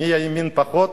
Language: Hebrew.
מי ימני פחות,